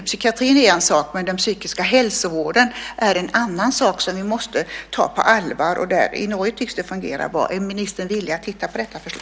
Psykiatrin är en sak, den psykiska hälsovården är en annan sak, som vi måste ta på allvar. I Norge tycks det fungera bra. Är ministern villig att titta närmare på detta?